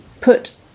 put